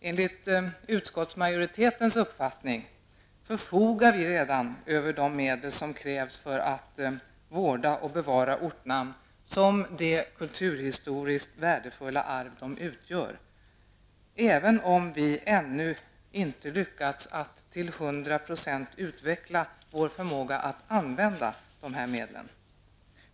Enligt utskottsmajoritetens uppfattning förfogar vi redan över de medel som krävs för att vårda och bevara ortnamn som de kulturhistoriskt värdefulla arv de utgör, även om vi ännu inte lyckats att till hundra procent utveckla vår förmåga att använda dessa medel.